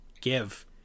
Give